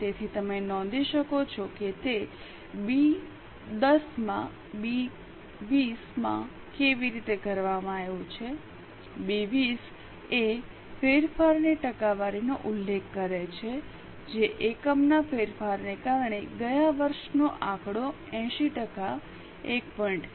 તેથી તમે નોંધી શકો છો કે તે બી 10 માં બી 20 માં કેવી રીતે કરવામાં આવ્યું છે બી 20 એ ફેરફારની ટકાવારીનો ઉલ્લેખ કરે છે જે એકમના ફેરફારને કારણે ગયા વર્ષનો આંકડો 80 ટકા 1